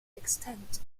extent